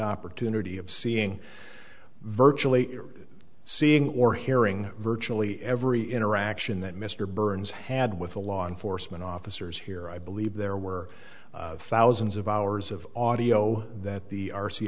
opportunity of seeing virtually seeing or hearing virtually every interaction that mr burns had with the law enforcement officers here i believe there were thousands of hours of audio that the r